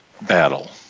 battle